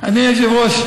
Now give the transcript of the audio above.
אדוני היושב-ראש,